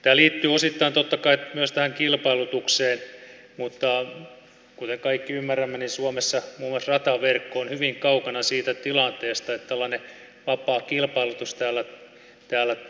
tämä liittyy osittain totta kai myös tähän kilpailutukseen mutta kuten kaikki ymmärrämme suomessa muun muassa rataverkko on hyvin kaukana siitä tilanteesta että tällainen vapaa kilpailutus täällä toimisi